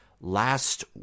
last